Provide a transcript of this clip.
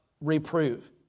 reprove